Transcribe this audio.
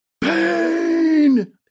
pain